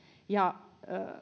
ja